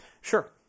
Sure